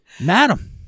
Madam